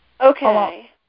Okay